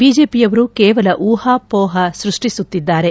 ಬಿಜೆಪಿಯವರು ಕೇವಲ ಊಹಾಪೋಹ ಸೃಷ್ಷಿಸುತ್ತಿದ್ದಾರೆ